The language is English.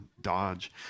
Dodge